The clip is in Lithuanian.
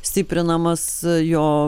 stiprinamas jo